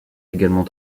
également